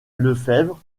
lefebvre